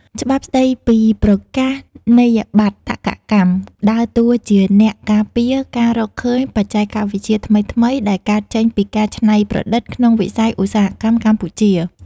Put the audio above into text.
ច្បាប់ស្ដីពីប្រកាសនីយបត្រតក្កកម្ម ដើរតួជាអ្នកការពារការរកឃើញបច្ចេកវិទ្យាថ្មីៗ ដែលកើតចេញពីការច្នៃប្រឌិតក្នុងវិស័យឧស្សាហកម្មកម្ពុជា។